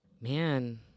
man